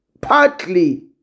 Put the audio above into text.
partly